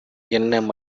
என்ன